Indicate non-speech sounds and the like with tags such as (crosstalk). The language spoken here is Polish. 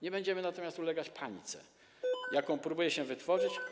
Nie będziemy natomiast ulegać panice, (noise) jaką próbuje się wywołać.